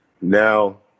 now